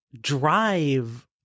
drive